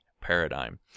paradigm